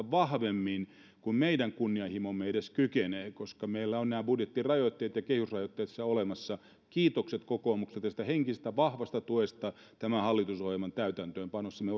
vahvemmin kuin meidän kunnianhimomme edes kykenee koska meillä on nämä budjettirajoitteet ja kehysrajoitteet siinä olemassa kiitokset kokoomukselle tästä vahvasta henkisestä tuesta hallitusohjelman täytäntöönpanossa me